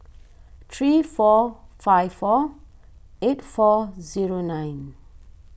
three four five four eight four zero nine